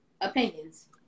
opinions